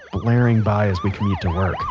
blaring by as we commute to work